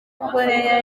korea